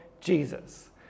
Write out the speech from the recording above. Jesus